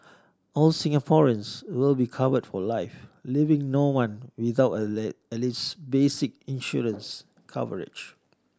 all Singaporeans will be covered for life leaving no one without at least basic insurance coverage